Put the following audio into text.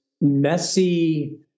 messy